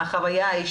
גם אני מאוד מקווה.